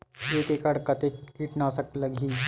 एक एकड़ कतेक किट नाशक लगही?